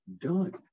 done